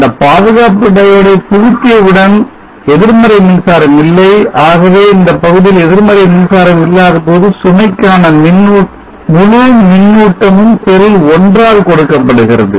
அந்த பாதுகாப்பு diode ஐ புகுத்தியவுடன் எதிர்மறை மின்சாரம் இல்லை ஆகவே இந்தப் பகுதியில் எதிர்மறை மின்சாரம் இல்லாதபோது சுமைக்கான முழு மின்னூட்டமும் செல் 1 ஆல் கொடுக்கப்படுகிறது